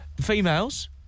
females